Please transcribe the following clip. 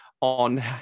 on